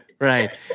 Right